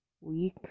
week